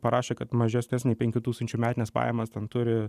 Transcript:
parašė kad mažesnes nei penkių tūkstančių metines pajamas ten turi